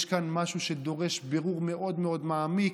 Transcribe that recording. יש כאן משהו שדורש בירור מאוד מאוד מעמיק,